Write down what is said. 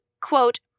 Quote